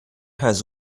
has